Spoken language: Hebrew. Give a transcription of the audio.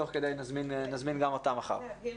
אני רק רוצה להבהיר